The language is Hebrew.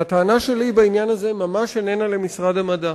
הטענה שלי בעניין הזה איננה למשרד המדע.